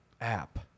app